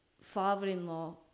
father-in-law